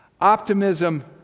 Optimism